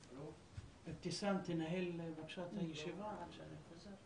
אבתיסאם תנהל את הישיבה עד שאני חוזר.